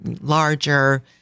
larger